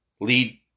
lead